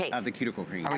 of the cuticle cream.